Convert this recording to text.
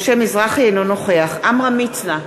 אינו נוכח עמרם מצנע,